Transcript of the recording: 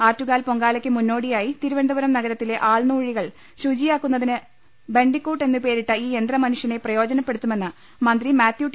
ആറ്റുകാൽ പൊങ്കാ ലയ്ക്ക് മുന്നോടിയായി തിരുവനന്തപുരം നഗരത്തിലെ ആൾനൂഴികൾ ശുചിയാക്കുന്നതിന് ബൻഡിക്കൂട്ട് എന്നുപേ രിട്ട ഈ യന്ത്രമനുഷ്യനെ പ്രയോജനപ്പെടുത്തുമെന്ന് മന്ത്രി മാത്യു ടി